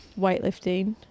weightlifting